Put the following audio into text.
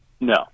no